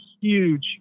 huge